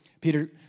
Peter